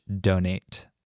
donate